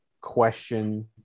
question